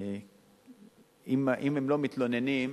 אם הם לא מתלוננים,